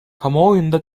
kamuoyunda